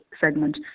segment